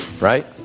right